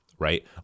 right